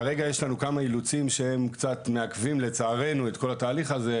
כרגע יש לנו כמה אילוצים שהם קצת מעכבים לצערנו את כל התהליך הזה,